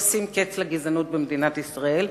תשים קץ לגזענות במדינת ישראל,